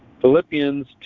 Philippians